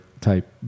type